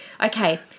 Okay